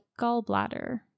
gallbladder